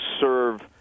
serve